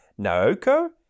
Naoko